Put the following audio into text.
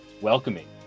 welcoming